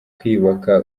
kwiyubaka